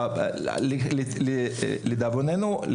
לדאבוננו,